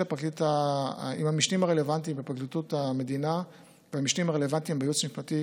עם המשנים הרלוונטיים בפרקליטות המדינה והמשנים הרלוונטיים בייעוץ משפטי